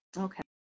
Okay